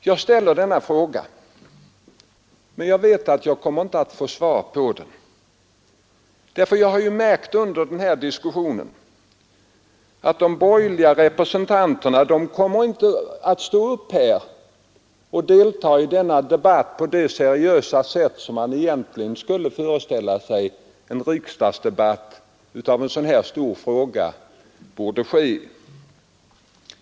Jag ställer denna fråga, men jag vet att jag inte kommer att få något svar på den. Jag har märkt under denna diskussion att de borgerliga representanterna inte kommer att delta i denna debatt på det seriösa sätt som man skulle föreställa sig vara naturligt i en riksdagsdebatt om en stor fråga.